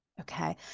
Okay